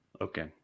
Okay